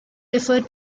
referred